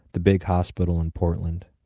the big hospital in portland.